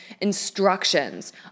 instructions